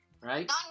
right